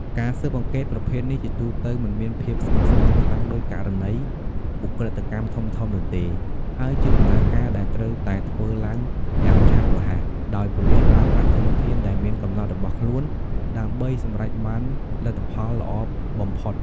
ការស៊ើបអង្កេតប្រភេទនេះជាទូទៅមិនមានភាពស្មុគស្មាញខ្លាំងដូចករណីឧក្រិដ្ឋកម្មធំៗនោះទេ ហើយជាដំណើរការដែលត្រូវតែធ្វើឡើងយ៉ាងឆាប់រហ័ស ដោយប៉ូលិសប្រើប្រាស់ធនធានដែលមានកំណត់របស់ខ្លួនដើម្បីសម្រេចបានលទ្ធផលល្អបំផុត។